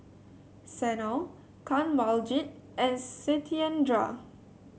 Sanal Kanwaljit and Satyendra